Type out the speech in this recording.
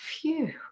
phew